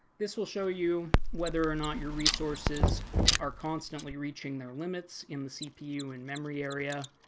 this will show you whether or not your resources are constantly reaching their limits in the cpu and memory area.